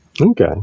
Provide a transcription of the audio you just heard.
Okay